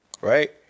right